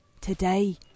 today